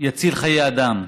יציל חיי אדם,